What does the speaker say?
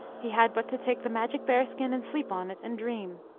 he had but to take the magic bear-skin and sleep on it, and dream.